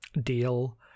deal